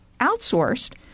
outsourced